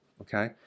Okay